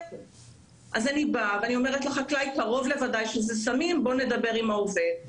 אז אני באה ואומרת לחקלאי שקרוב לוודאי שזה סמים ושנדבר עם העובד.